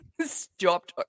Stop